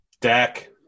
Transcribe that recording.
Dak